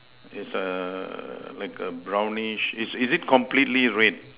is err like a brownish is is it completely red